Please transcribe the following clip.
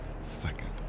second